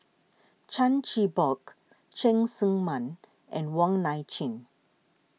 Chan Chin Bock Cheng Tsang Man and Wong Nai Chin